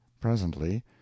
presently